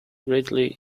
greatly